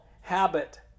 habit